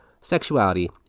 sexuality